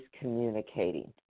communicating